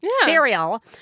cereal